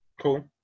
Cool